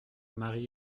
mari